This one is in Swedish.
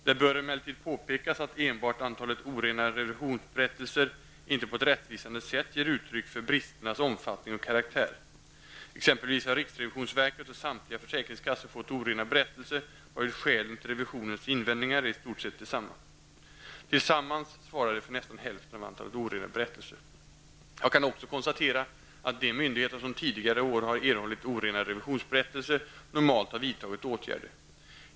Det bör emellertid påpekas att enbart antalet orena berättelser inte på ett rättvisande sätt ger uttryck för bristernas omfattning och karaktär. Exempelvis har riksförsäkringsverket och samtliga försäkringskassor fått orena berättelser varvid skälen till revisionens invändningar är i stort sett desamma. Tillsammans svarar de för nästan hälften av antalet orena berättelser. Jag kan också konstatera att de myndigheter som tidigare år har erhållit orena revisionsberättelser normalt har vidtagit åtgärder.